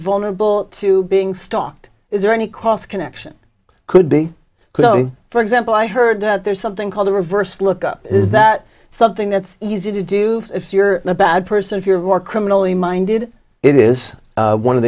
vulnerable to being stalked is there any cross connection could be so for example i heard that there's something called a reverse look up is that something that's easy to do if you're a bad person if you're more criminally minded it is one of